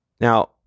Now